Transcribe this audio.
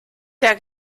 der